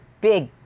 big